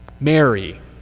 Mary